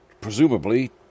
presumably